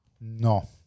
No